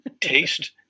taste